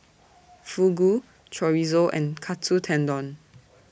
Fugu Chorizo and Katsu Tendon